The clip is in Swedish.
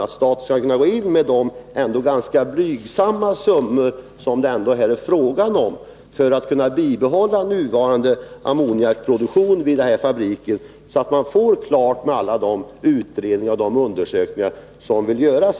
Det kan ske genom att staten går in med de ganska blygsamma summor som det är fråga om här, så att den nuvarande ammoniakproduktionen vid fabriken kan bibehållas tills man har slutfört alla de utredningar och undersökningar som behöver göras.